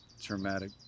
traumatic